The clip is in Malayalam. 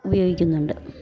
ഉപയോഗിക്കുന്നുണ്ട്